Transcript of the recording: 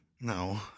No